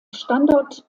standort